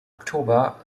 oktober